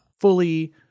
fully